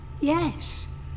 Yes